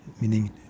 meaning